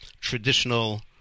Traditional